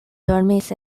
dormis